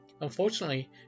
Unfortunately